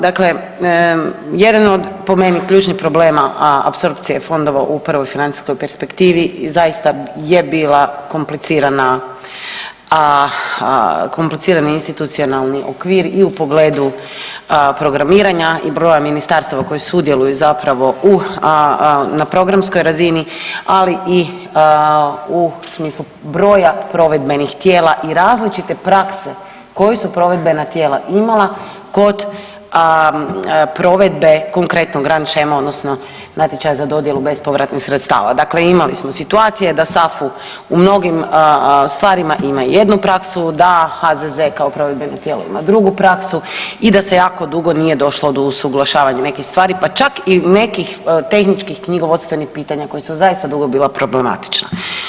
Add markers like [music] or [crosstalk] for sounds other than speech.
Dakle, jedan od po meni ključnih problema apsorpcije fondova u prvoj financijskoj perspektivi zaista je bio komplicirani institucionalni okvir i u pogledu programiranja i broja ministarstava koji sudjeluju zapravo na programskoj razini, ali i u smislu broja provedbenih tijela i različite prakse koja su provedbena tijela imala kod provedbe konkretnog … [unintelligible] odnosno natječaja za dodjelu bespovratnih sredstava, dakle imali smo situacije da SAFU u mnogim stvarima ima jednu praksu, da HZZ kao provedbeno tijelo ima drugu praksu i da se jako dugo nije došlo do usuglašavanja nekih stvari pa čak i nekih tehničkih knjigovodstvenih pitanja koja su zaista dugo bila problematična.